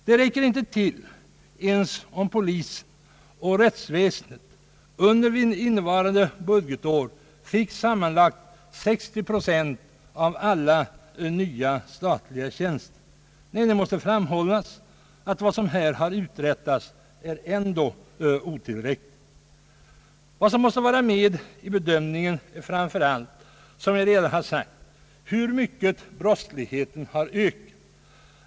Det räcker inte ens om polisen och rättsväsendet under innevarande budgetår fick sammanlagt 60 procent av alla nya statliga tjänster. Det måste framhållas, att vad som här uträttats ändå är otillräckligt. Vid bedömning av denna fråga måste man, som jag redan sagt, ta med i bedömningen hur mycket brottsligheten har ökat.